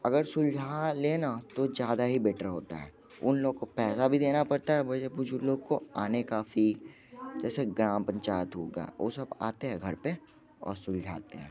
अगर सुलझा लेना तो ज़्यादा ही बेटर होता है उन लोगों को पैसा भी देना पड़ता है बड़े बुज़ुर्ग लोग को आने काफ़ी जैसे ग्राम पंचायत होगा वो सब आते हैं घर पर और सुलझाते हैं